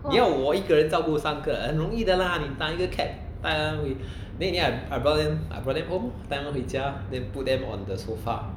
要我一个人照顾三个容易的啦你搭一个 cab then in the end I brought I brought them home 带她们回家 then put them on the sofa